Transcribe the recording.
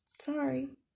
Sorry